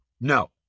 No